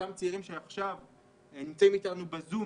אותם צעירים שעכשיו נמצאים איתנו בזום,